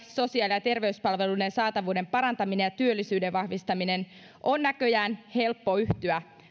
sosiaali ja terveyspalveluiden saatavuuden parantamiseen ja työllisyyden vahvistamiseen on näköjään helppo yhtyä